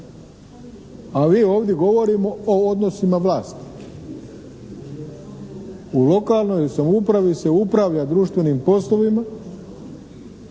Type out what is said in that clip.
A mi ovdje govorimo o odnosima vlasti. U lokalnoj samoupravi se upravlja društvenim poslovima